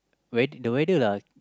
weath~ the weather lah